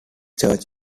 church